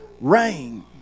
rain